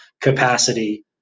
capacity